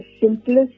simplest